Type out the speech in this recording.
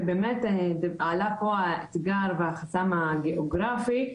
עלה פה האתגר והחסם הגיאוגרפי,